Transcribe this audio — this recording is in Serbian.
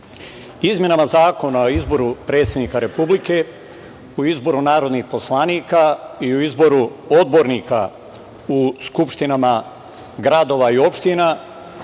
Izmenama Zakona o izboru predsednika Republike, o izboru narodnih poslanika i o izboru odbornika u skupštinama gradova i opština,